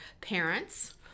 parents